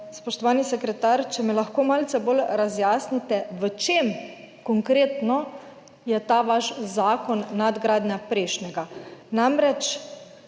spoštovani sekretar, če mi lahko malce bolj razjasnite, v čem konkretno je ta vaš zakon nadgradnja prejšnjega. Namreč